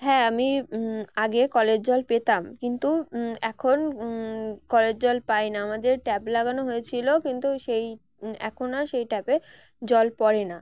হ্যাঁ আমি আগে কলের জল পেতাম কিন্তু এখন কলের জল পাই না আমাদের ট্যাপ লাগানো হয়েছিলো কিন্তু সেই এখন আর সেই ট্যাপে জল পড়ে না